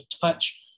touch